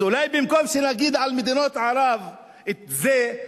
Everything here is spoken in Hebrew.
אז במקום שנגיד על מדינות ערב את זה,